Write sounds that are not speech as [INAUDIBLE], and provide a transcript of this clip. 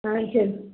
[UNINTELLIGIBLE]